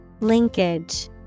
Linkage